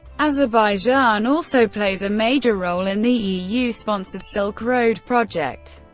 azerbaijan also plays a major role in the eu-sponsored silk road project.